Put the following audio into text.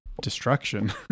destruction